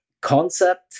concept